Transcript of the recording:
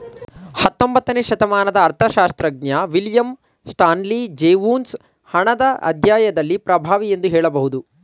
ಹತ್ತೊಂಬತ್ತನೇ ಶತಮಾನದ ಅರ್ಥಶಾಸ್ತ್ರಜ್ಞ ವಿಲಿಯಂ ಸ್ಟಾನ್ಲಿ ಜೇವೊನ್ಸ್ ಹಣದ ಅಧ್ಯಾಯದಲ್ಲಿ ಪ್ರಭಾವಿ ಎಂದು ಹೇಳಬಹುದು